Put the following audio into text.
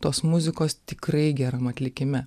tos muzikos tikrai geram atlikime